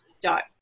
dot